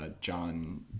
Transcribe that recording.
John